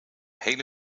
hele